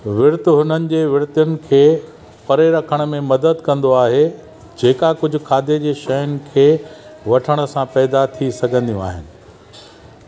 विर्तु हुननि जे विर्तीयुनि खे परे रखण में मदद कंदो आहे जेका कुझ खाधे जी शयुनि खे वठण सां पैदा थी सघंदियूं आहिनि